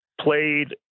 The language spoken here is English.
played